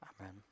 amen